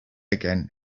again